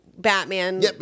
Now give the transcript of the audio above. Batman